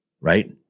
Right